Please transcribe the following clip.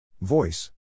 Voice